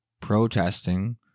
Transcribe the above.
protesting